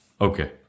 Okay